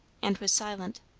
and was silent.